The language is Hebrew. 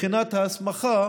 בחינת ההסמכה,